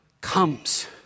comes